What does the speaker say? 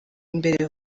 imbere